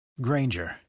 Granger